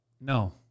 No